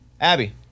Abby